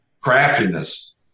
craftiness